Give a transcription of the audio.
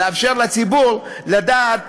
לדעת